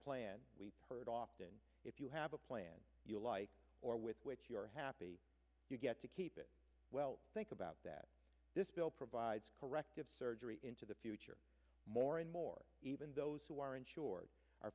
plan we heard often if you have a plan you like or with which you're happy you get to well think about that this bill provides corrective surgery into the future more and more even those who are insured are